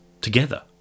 together